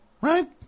Right